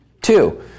Two